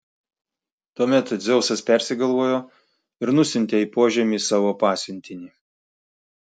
tuomet dzeusas persigalvojo ir nusiuntė į požemį savo pasiuntinį